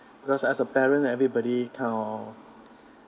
because as a parent everybody kind of